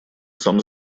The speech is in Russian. сам